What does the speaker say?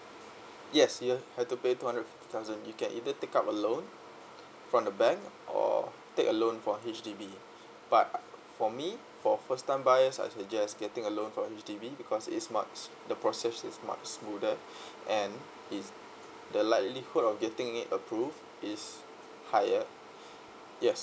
yes you have have to pay two hundred fifty thousand you can either take up a loan from the bank or take a loan from H_D_B but for me for first time buyers I suggest getting a loan from H_D_B because it's much the process is much smoother and is the likelihood of getting it approved is higher yes